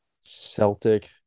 Celtic